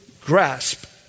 grasp